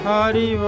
Hari